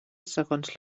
segons